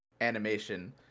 animation